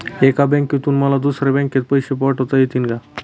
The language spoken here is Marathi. एका बँकेतून मला दुसऱ्या बँकेत पैसे पाठवता येतील का?